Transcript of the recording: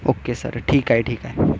okay sir ठीक आहे ठीक आहे